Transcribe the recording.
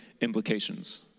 Implications